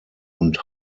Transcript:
und